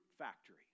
Factory